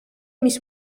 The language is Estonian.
mis